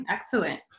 excellent